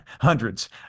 hundreds